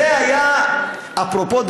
אפרופו,